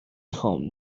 خوام